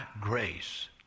grace